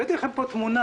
הבאתי לכם פה תמונה